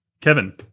Kevin